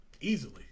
Easily